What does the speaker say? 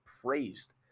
praised